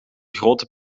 grote